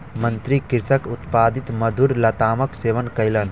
मंत्री कृषकक उत्पादित मधुर लतामक सेवन कयलैन